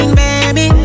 baby